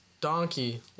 Donkey